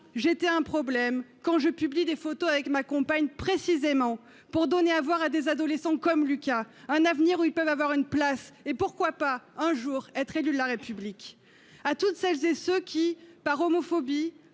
j'étais un problème lorsque je publie des photos avec ma compagne, précisément pour donner à voir à des adolescents comme Lucas un avenir dans lequel ils peuvent avoir une place et- pourquoi pas ? -devenir un jour un élu de la République ; à toutes celles et à tous ceux qui, par homophobie,